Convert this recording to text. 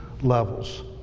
levels